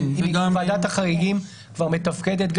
האם ועדת החריגים מתפקדת?